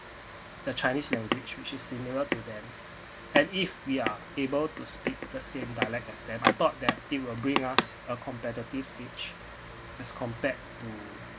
the chinese language which is similar to them and if we are able to speak at the same dialogue as them I thought that they will bring us a competitive edge as compared to